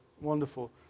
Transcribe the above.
Wonderful